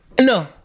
no